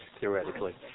Theoretically